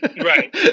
Right